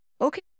Okay